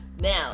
now